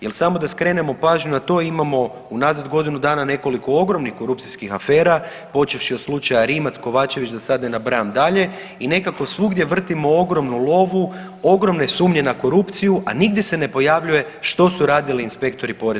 Jer samo da skrenemo pažnju na to, imamo unazad godinu dana nekoliko ogromnih korupcijskih afera počevši od slučaja Rimac, Kovačević da sad ne nabrajam dalje i nekako svugdje vrtimo ogromnu lovu, ogromne sumnje na korupciju a nigdje se ne pojavljuje što su radili inspektori Porezne uprave.